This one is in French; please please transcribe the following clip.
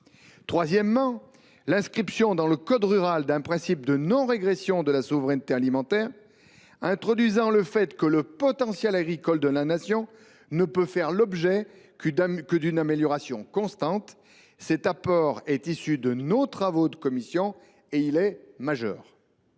avancée est l’inscription dans le code rural d’un principe de non régression de la souveraineté alimentaire induisant le fait que le potentiel agricole de la Nation ne peut faire l’objet que d’une amélioration constante. Cet apport est issu des travaux de notre commission, et il est majeur.